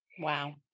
Wow